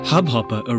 Hubhopper